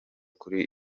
kuri